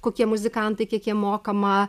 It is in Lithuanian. kokie muzikantai kiek jiem mokama